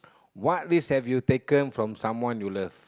what risk have you taken from someone you love